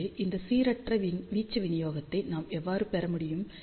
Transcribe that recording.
எனவே இந்த சீரற்ற வீச்சு விநியோகத்தை நாம் எவ்வாறு பெற முடியும்